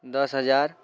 दस हजार